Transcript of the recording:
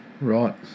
Right